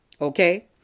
Okay